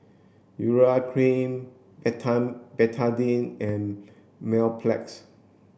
urea cream Betadine and Mepilex